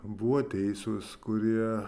buvo teisūs kurie